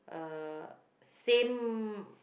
uh same